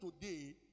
today